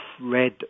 red